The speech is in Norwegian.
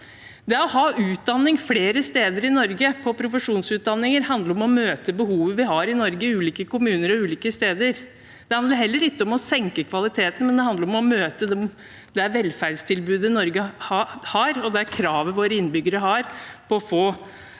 steder i Norge, på profesjonsutdanninger, handler om å møte behovet vi har i Norge i ulike kommuner og på ulike steder. Det handler ikke om å senke kvaliteten, men om å møte det velferdstilbudet Norge har og det kravet våre innbyggere har på å få